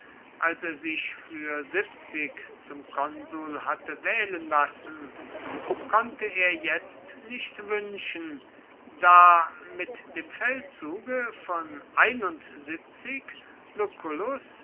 als er sich für zum konsul hatte wählen lassen konnte er jetzt nicht wünschen da mit dem feldzuge von